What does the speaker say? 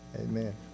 Amen